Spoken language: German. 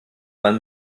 man